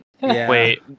Wait